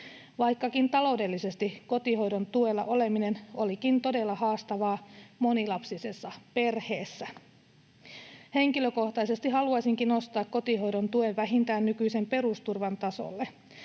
vaikkakin taloudellisesti kotihoidon tuella oleminen olikin todella haastavaa monilapsisessa perheessä. Henkilökohtaisesti haluaisinkin nostaa kotihoidon tuen vähintään nykyisen perusturvan tasolle,